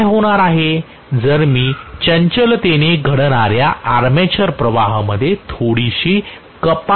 तर काय होणार आहे जर मी चंचलतेने घडणाऱ्या आर्मेचर प्रवाहामध्ये थोडीशी कपात पहात असेल तर